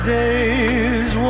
days